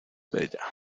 bella